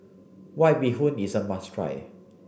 white bee hoon is a must try